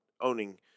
owning